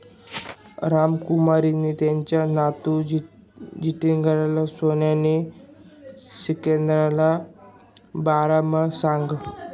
रामकुमारनी त्याना नातू जागिंदरले सोनाना सिक्कासना बारामा सांगं